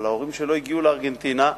אבל ההורים שלו הגיעו לארגנטינה,